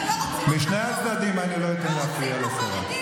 משני הצדדים אני לא אתן להפריע לשרה.